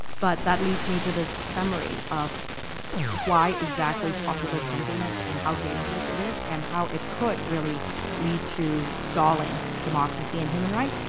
but that leads me to this summary of why exactly populist sentiments, and how dangerous it is, and how it could really lead to stalling democracy and human rights.